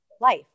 life